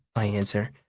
i answer.